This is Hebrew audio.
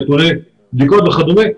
נתוני בדיקות וכדומה.